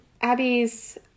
Abby's